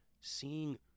seeing